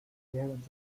während